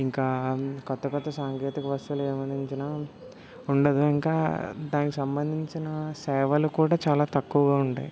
ఇంకా కొత్త కొత్త సాంకేతిక వస్తువులు ఏమన్నించినా ఉండదు ఇంకా దానికి సంబంధించిన సేవలు కూడా చాలా తక్కువగా ఉంటాయి